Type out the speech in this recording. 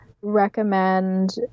recommend